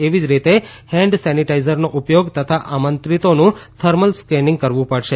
એવી જ રીતે હેન્ડ સેનિટાઈઝરનો ઉપયોગ તથા આમંત્રિતોનું થર્મલ સ્કેનિંગ કરાવવું પડશે